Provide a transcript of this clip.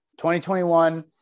2021